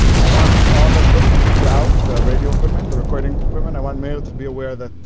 i want all the equipment to be out, the radio equipment, the recording equipment. i want meir to be aware that